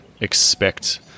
expect